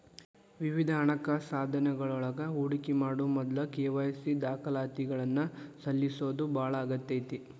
ವಿವಿಧ ಹಣಕಾಸ ಸಾಧನಗಳೊಳಗ ಹೂಡಿಕಿ ಮಾಡೊ ಮೊದ್ಲ ಕೆ.ವಾಯ್.ಸಿ ದಾಖಲಾತಿಗಳನ್ನ ಸಲ್ಲಿಸೋದ ಬಾಳ ಅಗತ್ಯ ಐತಿ